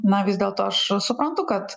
na vis dėlto aš aš suprantu kad